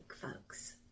folks